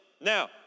Now